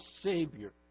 Savior